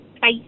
Bye